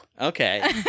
Okay